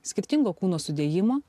skirtingo kūno sudėjimo